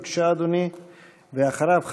ואחריו,